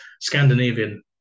scandinavian